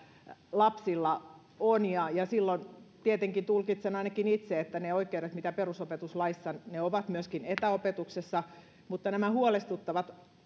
lapsilla on ja ja silloin tietenkin ainakin itse tulkitsen että ne oikeudet mitä perusopetuslaissa on ovat myöskin etäopetuksessa mutta nämä huolestuttavat